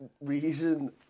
reason